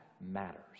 matters